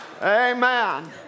Amen